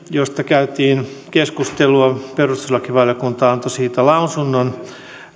josta käytiin keskustelua oli vankien sitominen perustuslakivaliokunta antoi siitä lausunnon